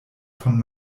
von